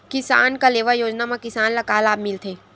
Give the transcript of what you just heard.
किसान कलेवा योजना म किसान ल का लाभ मिलथे?